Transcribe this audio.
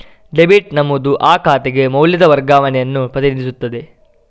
debit ನಮೂದು ಆ ಖಾತೆಗೆ ಮೌಲ್ಯದ ವರ್ಗಾವಣೆಯನ್ನು ಪ್ರತಿನಿಧಿಸುತ್ತದೆ